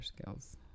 skills